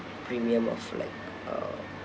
premium of like uh